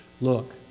Look